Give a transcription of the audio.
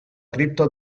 cripta